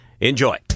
Enjoy